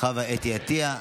חוה אתי עטייה.